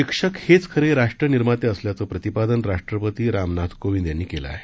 शिक्षक हेच खरे राष्ट्रनिर्माते असल्याचं प्रतिपादन राष्ट्रपती रामनाथ कोविंद यांनी केलं आहे